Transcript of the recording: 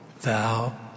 thou